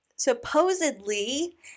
supposedly